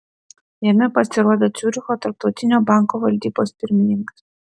jame pasirodė ciuricho tarptautinio banko valdybos pirmininkas